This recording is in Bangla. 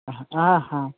হ্যাঁ হ্যাঁ